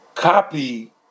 copy